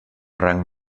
rang